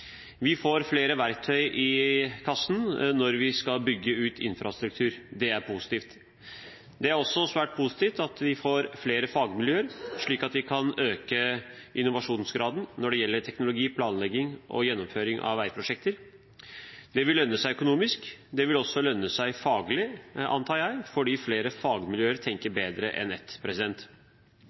Vi får flere verktøy i kassen når vi skal bygge ut infrastruktur. Det er positivt. Det er også svært positivt at vi får flere fagmiljøer, slik at vi kan øke innovasjonsgraden når det gjelder teknologi, planlegging og gjennomføring av veiprosjekter. Det vil lønne seg økonomisk. Det vil også lønne seg faglig, antar jeg, fordi flere fagmiljøer tenker bedre enn